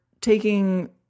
taking